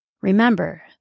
Remember